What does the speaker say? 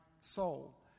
soul